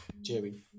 Jerry